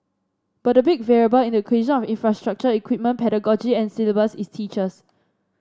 but the big variable in the equation if infrastructure equipment pedagogy and syllabus is teachers